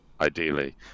ideally